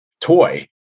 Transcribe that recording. toy